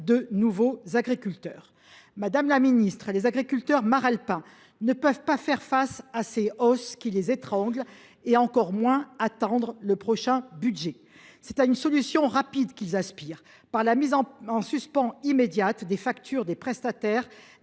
de nouveaux agriculteurs. Madame la ministre, les agriculteurs maralpins ne peuvent faire face à ces hausses qui les étranglent et encore moins attendre le prochain budget. Ils aspirent à une solution rapide : la mise en suspens immédiate des factures des prestations